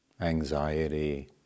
anxiety